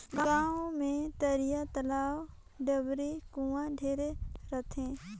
गांव मे तरिया, तलवा, डबरी, कुआँ ढेरे रथें